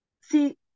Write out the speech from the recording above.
See